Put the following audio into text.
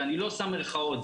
אני לא שם מירכאות,